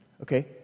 Okay